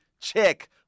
Check